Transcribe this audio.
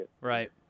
Right